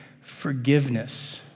forgiveness